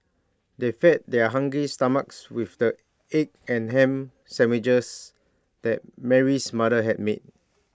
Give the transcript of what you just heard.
they fed their hungry stomachs with the egg and Ham Sandwiches that Mary's mother had made